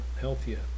healthier